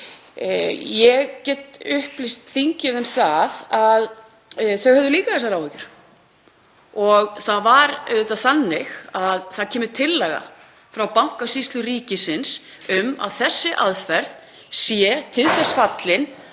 Ég get upplýst þingið um að þau höfðu líka þessar áhyggjur. Það var þannig að það kemur tillaga frá Bankasýslu ríkisins um að þessi aðferð sé til þess fallin